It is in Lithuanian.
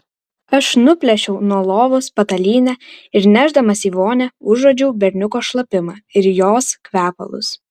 aš nuplėšiau nuo lovos patalynę ir nešdamas į vonią užuodžiau berniuko šlapimą ir jos kvepalus